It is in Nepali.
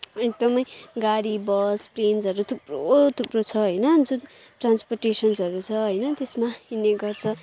एकदमै गाडी बस प्लेन्सहरू थुप्रो थुप्रो छ होइन जुन ट्रान्सपोर्टेसनहरू छ होइन त्यसमा हिँड्ने गर्छ